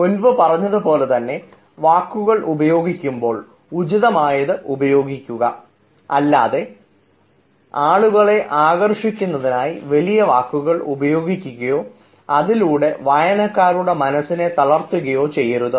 മുൻപ് പറഞ്ഞതുപോലെ തന്നെ വാക്കുകൾ ഉപയോഗിക്കുമ്പോൾ ഉചിതമായത് ഉപയോഗിക്കുക അല്ലാതെ ആളുകളെ ആകർഷിക്കുവാനായി വലിയ വാക്കുകൾ ഉപയോഗിക്കുകയോ അതിലൂടെ വായനക്കാരുടെ മനസ്സിനെ തളർത്തുകയോ ചെയ്യരുത്